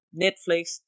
Netflix